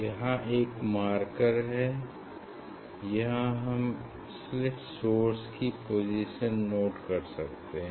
यहाँ एक मारकर है यहाँ हम स्लिट सोर्स की पोजीशन नोट कर सकते हैं